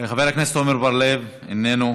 חבר הכנסת עמר בר-לב, איננו,